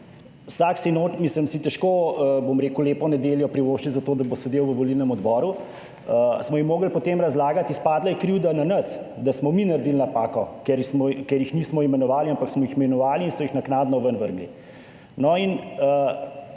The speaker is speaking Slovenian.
pridite delat, vsak si težko, bom rekel, lepo nedeljo privoščil za to, da bo sedel v volilnem odboru, smo jim morali potem razlagati. Izpadla je krivda na nas, da smo mi naredili napako, ker jih nismo imenovali, ampak smo jih imenovali in so jih naknadno ven vrgli. No, in